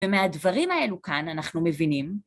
ומהדברים האלו כאן אנחנו מבינים